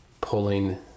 pulling